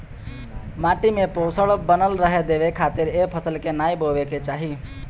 माटी में पोषण बनल रहे देवे खातिर ए फसल के नाइ बोए के चाही